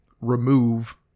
remove